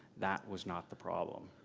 that was not the problem.